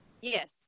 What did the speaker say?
Yes